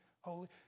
holy